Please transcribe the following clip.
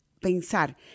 pensar